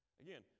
Again